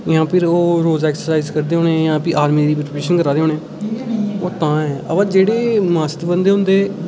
जां फिर ओह् रोज ऐक्सरसाइज़ करदे होने जां भी आर्मी दी प्रैपरेशन करै दे होने अवा जेह्ड़े मस्त बंदे होंदे